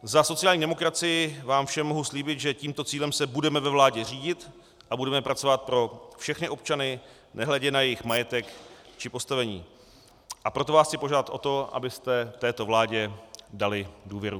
Za sociální demokracii vám všem mohu slíbit, že tímto cílem se budeme ve vládě řídit a budeme pracovat pro všechny občany nehledě na jejich majetek či postavení, a proto vás chci požádat o to, abyste této vládě dali důvěru.